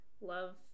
love